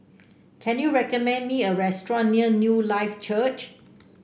can you recommend me a restaurant near Newlife Church